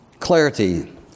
Clarity